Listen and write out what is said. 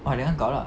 ah dengan kau lah